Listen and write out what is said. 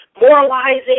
moralizing